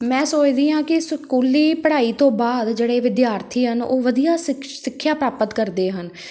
ਮੈਂ ਸੋਚਦੀ ਹਾਂ ਕਿ ਸਕੂਲੀ ਪੜ੍ਹਾਈ ਤੋਂ ਬਾਅਦ ਜਿਹੜੇ ਵਿਦਿਆਰਥੀ ਹਨ ਉਹ ਵਧੀਆ ਸਿੱਖਸ ਸਿੱਖਿਆ ਪ੍ਰਾਪਤ ਕਰਦੇ ਹਨ